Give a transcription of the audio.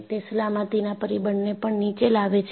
તે સલામતીના પરિબળને પણ નીચે લાવે છે